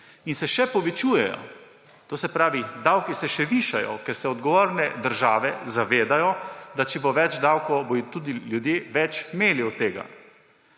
in se še povečujejo. To se pravi, davki se še višajo, ker se odgovorne države zavedajo, da če bo več davkov, bodo tudi ljudje več imeli od tega.